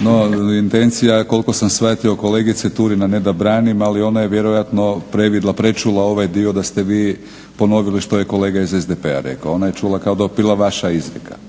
No intencija koliko sam shvatio kolegice Turina ne da branim ali ona je vjerojatno previdila prečula ovaj dio da ste vi ponovili što je kolega iz SDP-a rekao ona je čula kao da je bila vaša izreka.